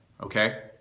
okay